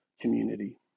community